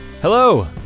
Hello